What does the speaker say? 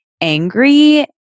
angry